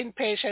inpatient